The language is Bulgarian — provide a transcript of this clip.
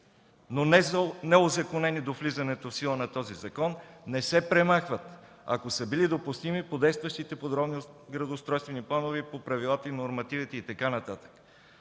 но неузаконени до влизането в сила на този закон, не се премахват, ако са били допустими по действащите подробни градоустройствени планове и по правилата, нормативите...”